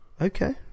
Okay